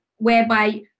whereby